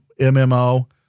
MMO